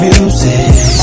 Music